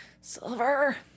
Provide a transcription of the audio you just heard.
Silver